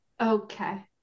Okay